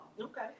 Okay